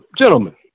gentlemen